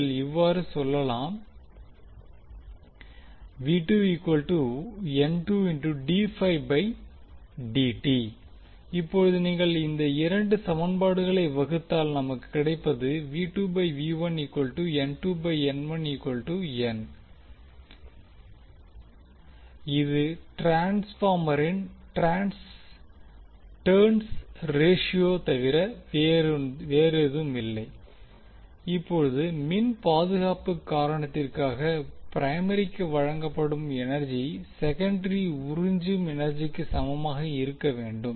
நீங்கள் இவ்வாறு சொல்லலாம் அதேபோல செகண்டரி வைண்டிங்குக்கு குறுக்காக அளிக்கப்படும் வோல்ட்டேஜை இப்போது நீங்கள் இந்த இரண்டு சமன்பாடுகளை வகுத்தால் நமக்கு கிடைப்பது இது ட்ரான்ஸ்பார்மரின் டர்ன்ஸ் ரேஷியோ தவிர வேறேதுமில்லை இப்போது மின் பாதுகாப்பு காரணத்திற்காக ப்ரைமரிக்கு வழங்கப்படும் எனர்ஜி செகண்டரி உறிஞ்சும் எனர்ஜிக்கு சமமாக இருக்க வேண்டும்